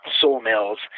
sawmills